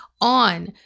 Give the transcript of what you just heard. on